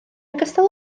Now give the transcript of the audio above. ogystal